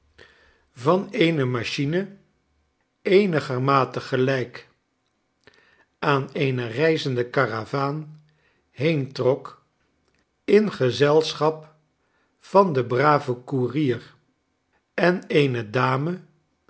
van eene machine eenigermategelijk aan eene reizende karavaan heentrok in gezelschap van den braven koerier en eene dame